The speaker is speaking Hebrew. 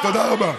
תודה רבה.